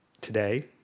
today